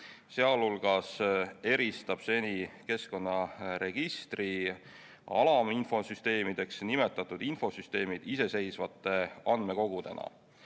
kogutud, sh eristab seni keskkonnaregistri alaminfosüsteemideks nimetatud infosüsteemid iseseisvate andmekogudena.